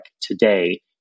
today